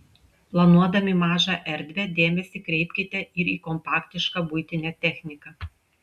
planuodami mažą erdvę dėmesį kreipkite ir į kompaktišką buitinę techniką